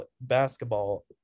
basketball